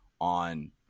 on –